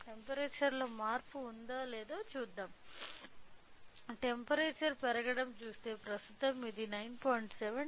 temperature లో మార్పు ఉందా లేదా అని చూద్దాం టెంపరేచర్ పెరగడం చూస్తే ప్రస్తుతం ఇది 9